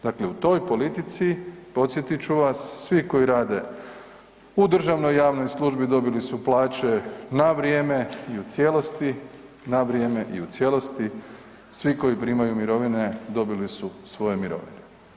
Dakle, u toj politici, podsjetit ću vas, svi koji rade u državnoj i javnoj službi dobili su plaće na vrijeme i u cijelosti, na vrijeme i u cijelosti, svi koji primaju mirovine dobili su svoje mirovine.